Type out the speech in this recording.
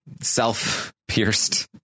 self-pierced